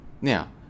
Now